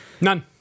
None